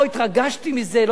לא התרגשתי מזה,